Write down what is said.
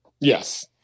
Yes